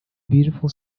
beautiful